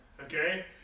Okay